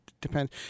depends